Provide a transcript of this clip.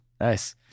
Nice